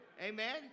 Amen